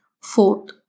Fourth